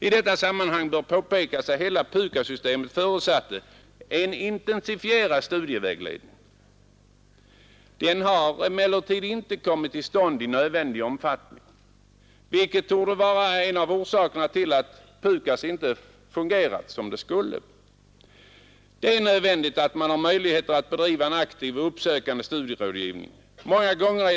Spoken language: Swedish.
I detta sammanhang bör påpekas att hela PUKAS-systemet förutsatte en intensifierad studievägledning. Den har emellertid inte kommit till stånd i nödvändig omfattning, vilket torde vara en av orsakerna till att PUKAS inte fungerat som det skulle. Det är nödvändigt att man har möjligheterna att bedriva en aktiv och uppsökande studierådgivning.